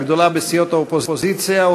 הגדולה בסיעות האופוזיציה,